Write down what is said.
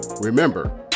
remember